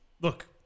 look